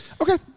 Okay